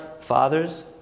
fathers